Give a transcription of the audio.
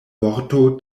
vorto